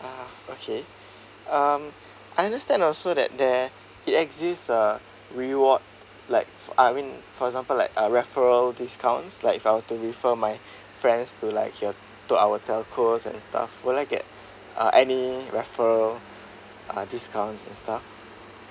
ah okay um I understand also that there it has this uh reward like I mean for example like uh referral discounts like if I were to refer my friends to like your to our telco and stuff would I get uh any referral uh discounts and stuff